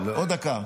עוד דקה.